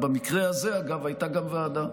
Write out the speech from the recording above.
במקרה הזה, אגב, הייתה גם ועדה,